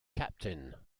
captain